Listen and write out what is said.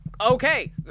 Okay